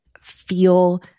feel